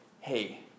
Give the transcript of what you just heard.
hey